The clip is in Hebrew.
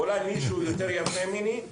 אולי מישהו יותר ממני,